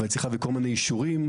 וצריכה כל מיני אישורים.